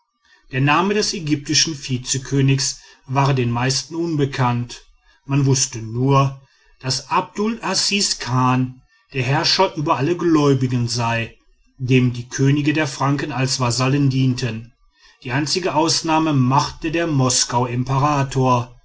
der name des ägyptischen vizekönigs war den meisten unbekannt man wußte nur daß abdul asis chan der herrscher über alle gläubigen sei dem die könige der franken als vasallen dienten die einzige ausnahme machte der moskow imperator